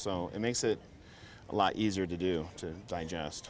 so it makes it a lot easier to do to digest